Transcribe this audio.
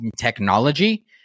technology